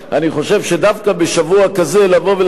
אני חושב שדווקא בשבוע כזה לבוא ולהגיש